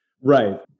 Right